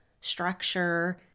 structure